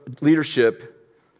leadership